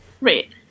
Right